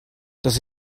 das